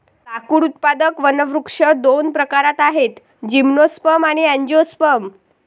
लाकूड उत्पादक वनवृक्ष दोन प्रकारात आहेतः जिम्नोस्पर्म आणि अँजिओस्पर्म